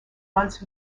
months